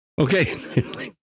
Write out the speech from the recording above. Okay